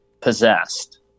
possessed